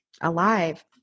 alive